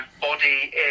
body